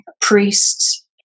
priests